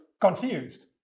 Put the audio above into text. Confused